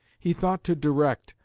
he thought to direct,